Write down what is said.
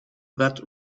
that